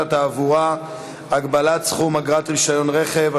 התעבורה (הגבלת סכום אגרת רישיון רכב),